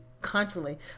constantly